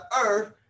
earth